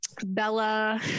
Bella